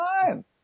time